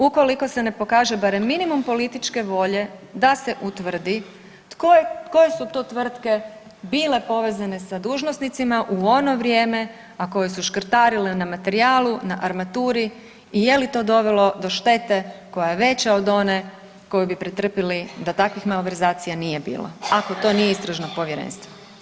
Ukoliko se ne pokaže barem minimum političke volje da se utvrdi koje su to tvrtke bile povezane sa dužnosnicima u ono vrijeme, a koje su škrtarile na materijalu, na armaturi i je li to dovelo do štete koja je veća od one koju bi pretrpjeli da takvih malverzacija nije bilo ako to nije Istražno povjerenstvo?